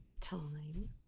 time